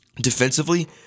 Defensively